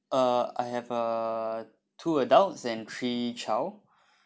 uh I have uh two adults and three child